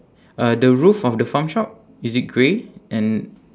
uh the roof of the farm shop is it grey and